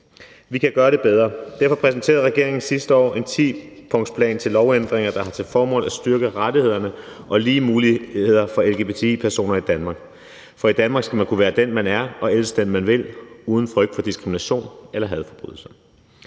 Vi kan gøre det bedre. Derfor præsenterede regeringen sidste år en tipunktsplan til lovændringer, der har til formål at styrke rettighederne og give lige muligheder for lgbti-personer i Danmark. For i Danmark skal man kunne være den, man er, og elske den, man vil, uden frygt for diskrimination eller hadforbrydelser.